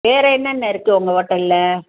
வேறு என்னென்ன இருக்குது உங்கள் ஓட்டலில்